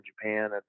Japan